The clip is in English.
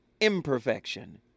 imperfection